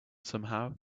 somehow